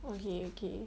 okay okay